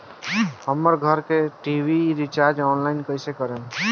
हमार घर के टी.वी रीचार्ज ऑनलाइन कैसे करेम?